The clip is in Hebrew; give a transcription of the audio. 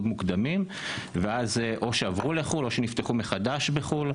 מוקדמים ואז או שעברו לחו"ל או שנפתחו מחדש בחו"ל.